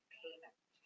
payment